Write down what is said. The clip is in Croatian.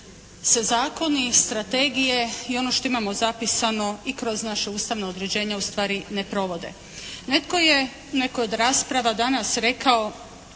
se zakoni, strategije i ono što imamo zapisano i kroz naša ustavna određenja ustvari ne provode. Netko je, netko je od rasprava danas rekao